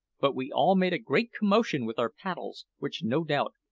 but we all made a great commotion with our paddles, which, no doubt,